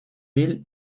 ville